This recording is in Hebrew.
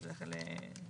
אז לכתוב את זה בנוסח?